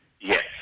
Yes